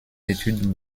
études